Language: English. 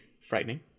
frightening